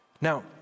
Now